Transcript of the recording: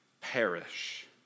perish